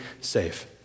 safe